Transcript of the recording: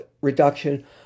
reduction